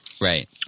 Right